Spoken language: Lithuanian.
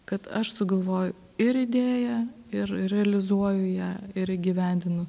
kad aš sugalvoju ir idėją ir realizuoju ją ir įgyvendinu